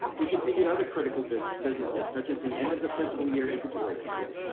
we continued other critical businesses such as the end of the fiscal year inventory count.